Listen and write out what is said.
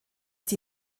die